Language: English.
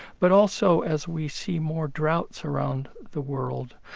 but also as we see more droughts around the world,